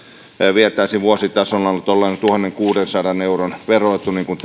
vietäisiin vuositasolla tuollainen tuhannenkuudensadan euron veroetu niin kuin